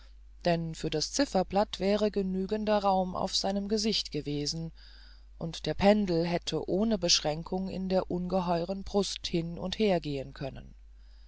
denn für das zifferblatt wäre genügender raum auf seinem gesicht gewesen und der pendel hätte ohne beschränkung in der ungeheuren brust hin und her gehen können